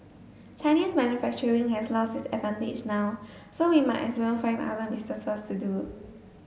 Chinese manufacturing has lost it advantage now so we might as well find other business to do